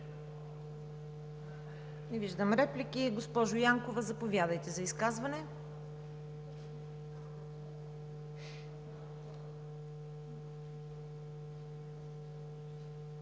виждам. Госпожо Янкова, заповядайте за изказване.